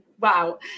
wow